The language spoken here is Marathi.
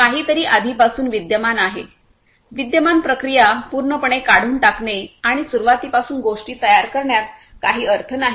काहीतरी आधीपासून विद्यमान आहे विद्यमान प्रक्रिया पूर्णपणे काढून टाकणे आणि सुरवातीपासून गोष्टी तयार करण्यात काही अर्थ नाही